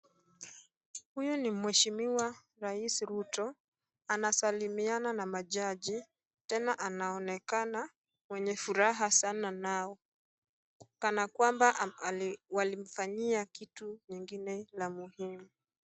Huyu ni mheshimiwa rais Ruto, anasalimiana na majaji, tena anaonekana mwenye furaha sana nao, kana kwamba walimfanyia kitu nyingine la muhimu.